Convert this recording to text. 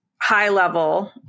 high-level